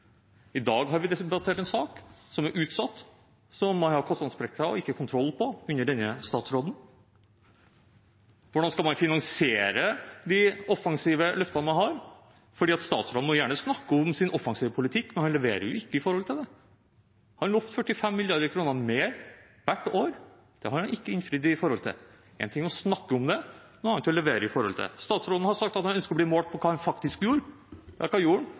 I dag har vi debattert en sak som er utsatt, som har kostnadssprekker, og som det ikke er kontroll på under denne statsråden. Hvordan skal man finansiere de offensive løftene man har? Statsråden må gjerne snakke om sin offensive politikk, men han leverer jo ikke i henhold til det. Han lovte 45 mrd. kr mer hvert år. Der har han ikke innfridd. Én ting er å snakke om det, noe annet å levere i henhold til det. Statsråden har sagt at han ønsker å bli målt på hva han faktisk gjorde. Ja, hva gjorde han?